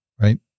right